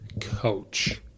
coach